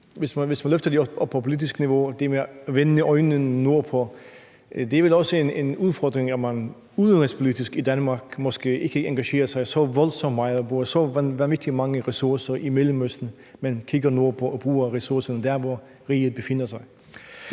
hvis man løfter det op på et politisk niveau og vender blikket mod nord, kan man sige, at det vel også er en udfordring, at man udenrigspolitisk i Danmark måske ikke engagerer sig så voldsomt meget. Man bruger så vanvittig mange ressourcer i Mellemøsten i stedet for at kigge nordpå og bruge ressourcerne der, hvor riget befinder sig.